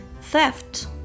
theft